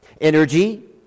energy